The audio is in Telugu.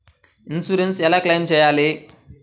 ఇన్సూరెన్స్ ఎలా క్లెయిమ్ చేయాలి?